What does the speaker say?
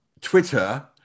Twitter